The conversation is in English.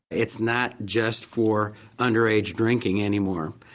it's not just for underage drinking any more.